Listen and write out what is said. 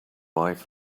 wife